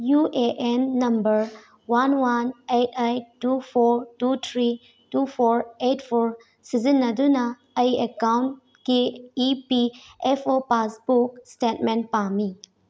U A N number one one eight eight two four two three two four eight four ꯁꯤꯖꯤꯟꯅꯗꯨꯅ ꯑꯩ ꯑꯦꯛꯀꯥꯎꯟꯀꯤ E P F O passbook statement ꯄꯥꯝꯃꯤ